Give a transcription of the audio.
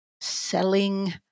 selling